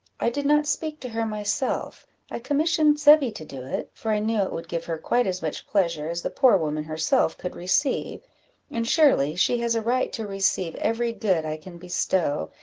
i did not speak to her myself i commissioned zebby to do it, for i knew it would give her quite as much pleasure as the poor woman herself could receive and surely she has a right to receive every good i can bestow,